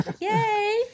Yay